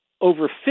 over